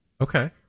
Okay